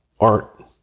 art